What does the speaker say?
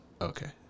okay